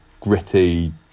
gritty